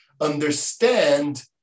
understand